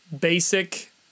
basic